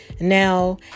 now